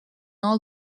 all